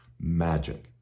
magic